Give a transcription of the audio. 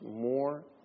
more